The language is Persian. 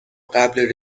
قبل